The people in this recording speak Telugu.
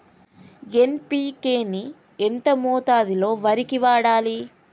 ఎన్.పి.కే ని ఎంత మోతాదులో వరికి వాడాలి?